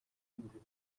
the